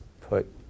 put